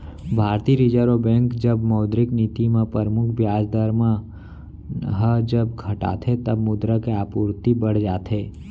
भारतीय reserve bank जब मौद्रिक नीति म परमुख बियाज दर मन ह जब घटाथे तब मुद्रा के आपूरति बड़ जाथे